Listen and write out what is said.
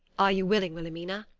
are you willing, wilhelmina,